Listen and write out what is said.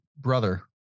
brother